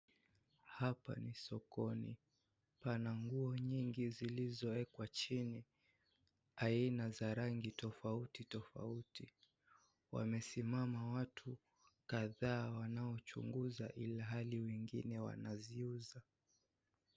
Hapa ni sokoni. Pana nguo nyingi zilizowekwa chini, aina za rangi tofauti tofauti. Wamesimama watu kadhaa wanaochunguza, ilhali wengine wanaziuza.